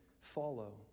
follow